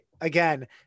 again